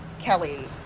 Kelly